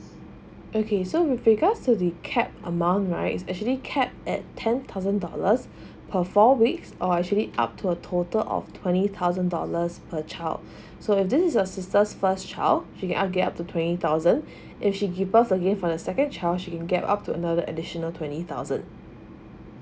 okay so with regards to the cap amount right is actually cap at ten thousand dollars per four weeks or actually up to a total of twenty thousand dollars per child so if this your sister first child she can get up to twenty thousand if she give us again for the second child she can get up to another additional twenty thousand